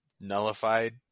nullified